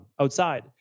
outside